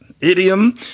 idiom